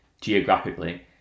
geographically